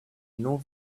knew